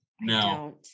no